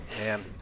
man